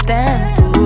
tempo